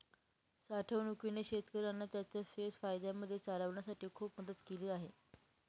साठवणूकीने शेतकऱ्यांना त्यांचं शेत फायद्यामध्ये चालवण्यासाठी खूप मदत केली आहे